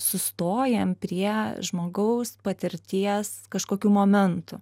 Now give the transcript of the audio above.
sustojam prie žmogaus patirties kažkokiu momentu